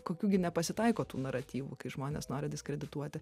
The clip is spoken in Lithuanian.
kokių gi nepasitaiko tų naratyvų kai žmonės nori diskredituoti